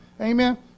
Amen